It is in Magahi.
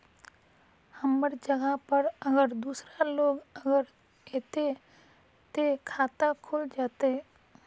हमर जगह पर अगर दूसरा लोग अगर ऐते ते खाता खुल जते?